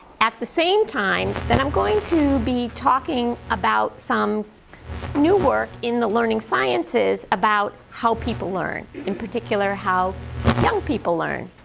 at the same time then i'm going to be talking about some new work in the learning sciences about how people learn, in particular how young people learn.